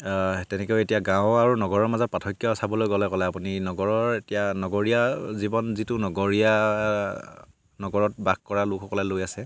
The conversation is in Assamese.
তেনেকৈ এতিয়া গাঁও আৰু নগৰৰ মাজত পাৰ্থক্য চাবলৈ গ'লে ক'লে আপুনি নগৰৰ এতিয়া নগৰীয়া জীৱন যিটো নগৰীয়া নগৰত বাস কৰা লোকসকলে লৈ আছে